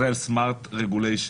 Israel Smart Regulation".